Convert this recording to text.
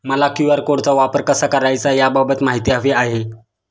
मला क्यू.आर कोडचा वापर कसा करायचा याबाबत माहिती हवी आहे